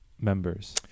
members